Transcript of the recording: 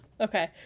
Okay